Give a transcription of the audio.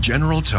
General